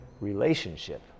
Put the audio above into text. relationship